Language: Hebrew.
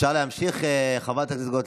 אפשר להמשיך, חברת הכנסת גוטליב?